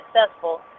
successful